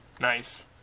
Nice